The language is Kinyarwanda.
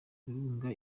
birunga